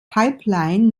pipeline